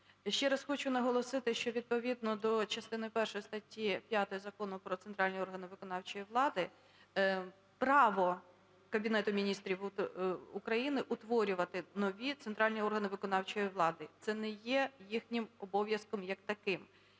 Ще раз хочу наголосити, що відповідно до частини першої статті 5 Закону "Про центральні органи виконавчої влади" право Кабінету Міністрів України утворювати нові центральні органи виконавчої влади, це не є їхнім обов'язком як таким.